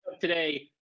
today